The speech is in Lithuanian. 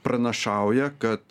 pranašauja kad